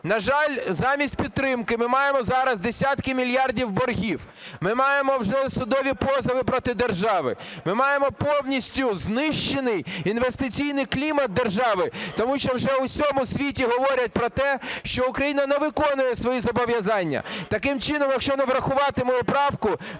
На жаль, замість підтримки ми маємо зараз десятки мільярдів боргів, ми маємо вже судові позови проти держави. Ми маємо повністю знищений інвестиційний клімат держави, тому що вже в усьому світі говорять про те, що Україна не виконує свої зобов'язання. Таким чином, якщо не врахувати мою правку,